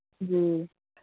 जी